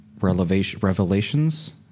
revelations